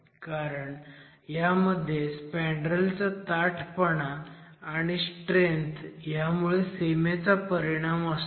कारण ह्यामध्ये स्पॅन्डरेलचा ताठपणा आणि स्ट्रेंथ ह्यामुळे सीमेचा परिणाम असतो